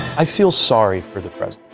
i feel sorry for the press.